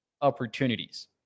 opportunities